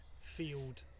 field